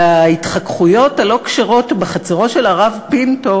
הרי ההתחככויות הלא-כשרות בחצרו של הרב פינטו